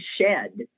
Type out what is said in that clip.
shed